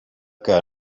que